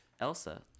Elsa